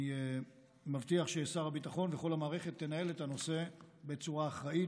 אני מבטיח ששר הביטחון וכל המערכת ינהלו את הנושא בצורה אחראית,